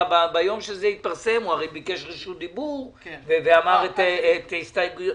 ביום שזה התפרסם הוא ביקש רשות ואמר את הסתייגותו.